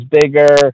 bigger